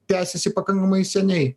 tęsiasi pakankamai seniai